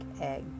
egg